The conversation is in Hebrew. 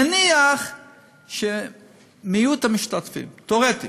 ונניח שמיעוט המשתתפים, תיאורטית,